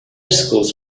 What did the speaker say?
school’s